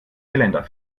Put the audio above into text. geländer